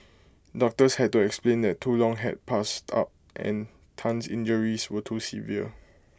doctors had to explain that too long had passed up and Tan's injuries were too severe